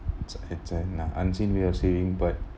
it's an uh unseen way of saving but